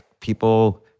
people